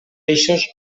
eixos